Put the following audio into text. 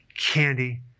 candy